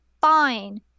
fine